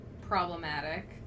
problematic